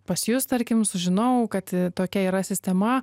pas jus tarkim sužinojau kad tokia yra sistema